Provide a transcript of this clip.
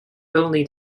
only